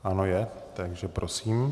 Ano, je, takže prosím.